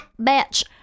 bitch